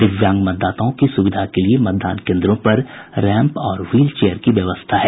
दिव्यांग मतदाताओं की सुविधा के लिये मतदान केन्द्रों पर रैंप और व्हील चेयर की व्यवस्था है